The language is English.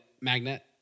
magnet